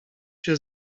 się